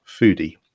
foodie